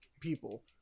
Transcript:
people